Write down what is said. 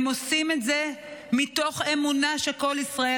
הם עושים את זה מתוך אמונה שכל ישראל